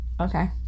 Okay